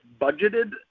budgeted